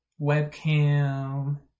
webcam